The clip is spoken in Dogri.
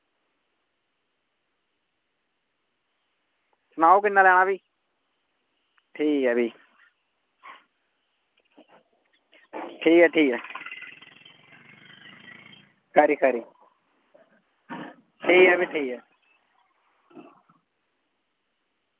सनाओ किन्ना लैना भी ठीक ऐ भी ठीक ऐ ठीक ऐ खरी खरी ठीक ऐ भी ठीक ऐ